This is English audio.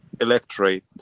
electorate